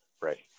right